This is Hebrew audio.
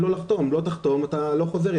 אם לא תחתום אתה לא חוזר,